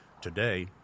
Today